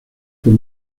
por